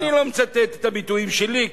אני לא מצטט את הביטויים שלי,